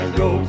go